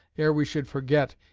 ere we should forget,